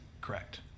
Correct